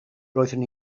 roeddwn